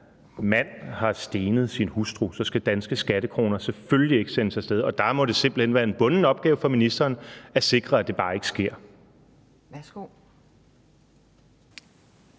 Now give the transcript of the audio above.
her mand har stenet sin hustru; så skal danske skattekroner selvfølgelig ikke sendes af sted, og der må det simpelt hen være en bunden opgave for ministeren at sikre, at det bare ikke sker. Kl.